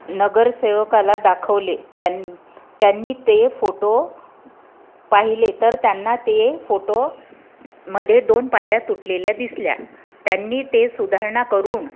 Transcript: नगरसेवकाला दाखवले त्याने त्यांनी ते फोटो पाहिले तर त्यांना ते फोटो मध्ये दोन पायऱ्या तुटलेल्या दिसल्या त्यांनी ते सुधारणा करून